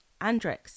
Andrex